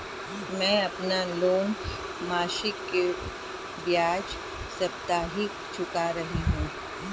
मैं अपना ऋण मासिक के बजाय साप्ताहिक चुका रही हूँ